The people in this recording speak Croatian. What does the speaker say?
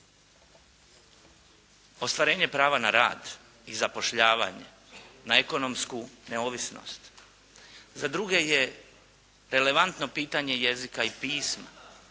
ostvarenje prava na rad i zapošljavanje, na ekonomsku neovisnost. Za druge je relevantno pitanje jezika i pisma,